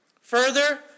Further